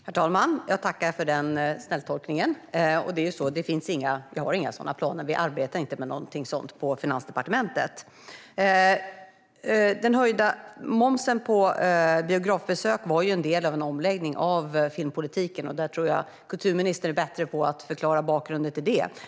Herr talman! Jag tackar för den snälltolkningen. Det är ju så: Vi har inga sådana planer. Vi arbetar inte med någonting sådant på Finansdepartementet. Den höjda momsen på biografbesök var en del av en omläggning av filmpolitiken, och jag tror att kulturministern är bättre på att förklara bakgrunden till det.